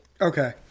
Okay